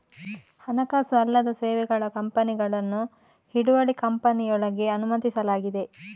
ಹಣಕಾಸು ಅಲ್ಲದ ಸೇವೆಗಳ ಕಂಪನಿಗಳನ್ನು ಹಿಡುವಳಿ ಕಂಪನಿಯೊಳಗೆ ಅನುಮತಿಸಲಾಗಿದೆ